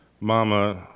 Mama